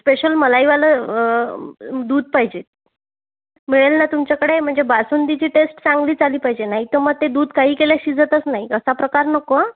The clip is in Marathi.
स्पेशल मलाईवालं दूध पाहिजे मिळेल ना तुमच्याकडे म्हणजे बासुंदीची टेस्ट चांगली झाली पाहिजे नाही तर मग ते दूध काही केल्या शिजतच नाही असा प्रकार नको अं